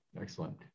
excellent